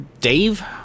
Dave